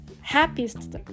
happiest